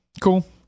Cool